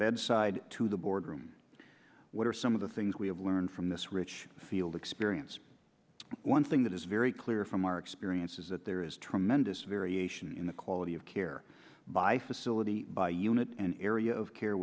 bedside to the boardroom what are some of the things we have learned from this rich field experience one thing that is very clear from our experience is that there is tremendous variation in the quality of care by facility by unit and area of care